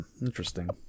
Interesting